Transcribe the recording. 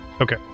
Okay